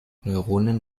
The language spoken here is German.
neuronen